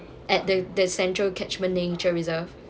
at the the central catchment nature reserve